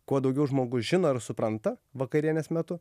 kuo daugiau žmogus žino ir supranta vakarienės metu